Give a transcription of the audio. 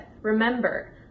remember